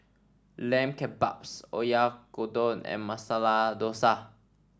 Lamb Kebabs Oyakodon and Masala Dosa